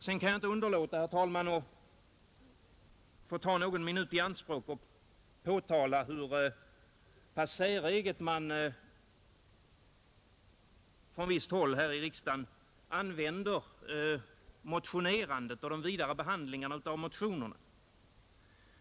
Jag kan inte underlåta, herr talman att ta någon minut i anspråk för att påtala hur säreget man på visst håll här i riksdagen använder motionerandet och den vidare behandlingen av motionerna.